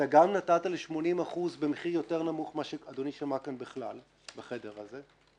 אתה גם נתת ל-80% במחיר יותר נמוך ממה שאדוני שמע כאן בכלל בחדר הזה.